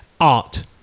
Art